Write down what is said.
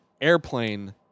airplane